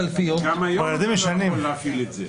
היום אתה לא יכול להפעיל את זה.